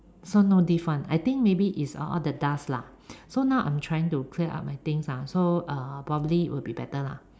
so no diff [one] I think maybe is uh all the dust lah so now I'm trying to clear up my things ah so uh probably will be better lah